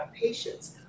patients